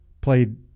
played